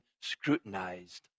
scrutinized